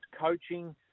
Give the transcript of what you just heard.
coaching